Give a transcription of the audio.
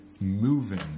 moving